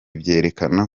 byerekana